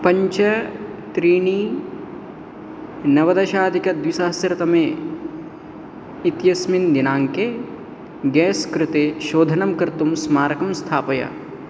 पञ्च त्रीणि नवदशाधिकद्विसहस्रतमे इत्यस्मिन् दिनाङ्के गेस् कृते शोधनं कर्तुं स्मारकं स्थापय